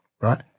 right